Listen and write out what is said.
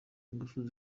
ingufu